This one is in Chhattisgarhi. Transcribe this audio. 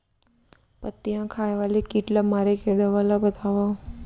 पत्तियां खाए वाले किट ला मारे के दवा ला बतावव?